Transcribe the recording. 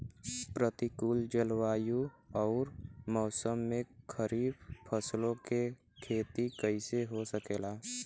प्रतिकूल जलवायु अउर मौसम में खरीफ फसलों क खेती कइसे हो सकेला?